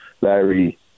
Larry